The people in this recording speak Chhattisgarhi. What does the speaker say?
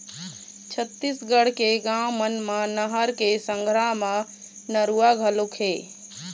छत्तीसगढ़ के गाँव मन म नहर के संघरा म नरूवा घलोक हे